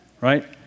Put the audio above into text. right